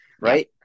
right